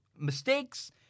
mistakes